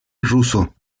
ruso